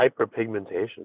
hyperpigmentation